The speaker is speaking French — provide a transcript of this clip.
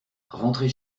rentrer